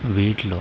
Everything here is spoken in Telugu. వీటిలో